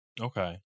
Okay